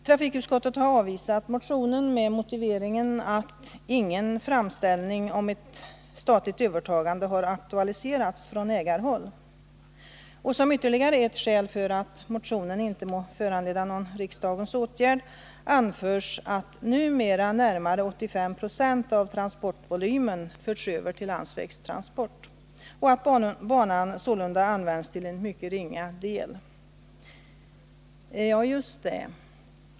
Trafikutskottet har avvisat motionen med motiveringen att ingen framställning om ett statligt övertagande har aktualiserats från ägarhåll. Som ytterligare ett skäl för att motionen inte måtte föranleda någon riksdagens åtgärd anförs att numera närmare 85 96 av transportvolymen förts över till landsvägstransport och att banan sålunda används till en mycket ringa del. Ja, just det.